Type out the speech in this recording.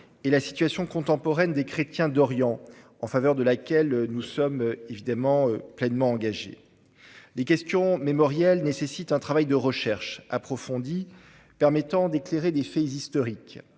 et la situation contemporaine des chrétiens d'Orient, en faveur de laquelle nous sommes bien évidemment pleinement engagés. Les questions mémorielles nécessitent un travail de recherche approfondie permettant d'éclairer des faits historiques.